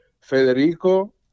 Federico